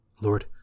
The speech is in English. Lord